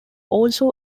also